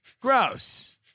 Gross